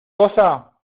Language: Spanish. cosa